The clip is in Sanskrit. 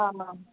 आम् आम्